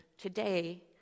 Today